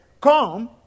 come